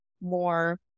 more